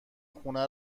خونه